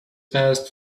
passed